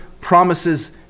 promises